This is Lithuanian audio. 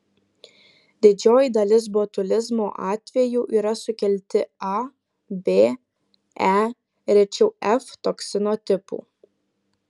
didžioji dalis botulizmo atvejų yra sukelti a b e rečiau f toksino tipų